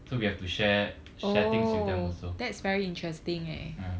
so we have to share share things with them also ya